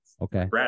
okay